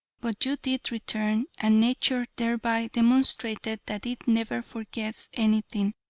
but you did return, and nature thereby demonstrated that it never forgets anything,